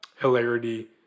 hilarity